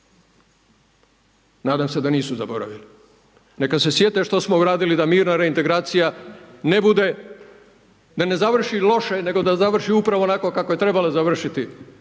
Nadam se da nisu zaboravili, neka se sjete što smo uradili da mirna reintegracija ne bude, da ne završi loše, nego da završi upravo onako kako je trebala završiti,